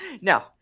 No